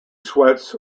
sweats